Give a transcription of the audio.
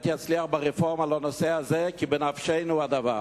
באמת יצליח ברפורמה בנושא הזה, כי בנפשנו הדבר.